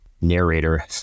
narrator